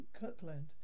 Kirkland